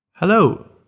Hello